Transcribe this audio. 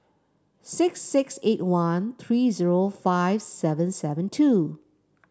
six six eight one three zero five seven seven two